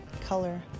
color